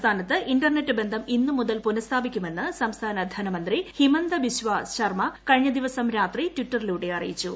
സംസ്ഥാനത്ത് ഇന്റർനെറ്റ് ബന്ധം ഇന്നുമുതൽ പുനസ്ഥാപിക്കുമെന്ന് സംസ്ഥാന ധനമന്ത്രി ഹിമന്ത ബിസ്വ ശർമ്മ കഴിഞ്ഞ ദിവസം രാത്രി ട്വിറ്ററിലൂടെ അറിയിച്ചു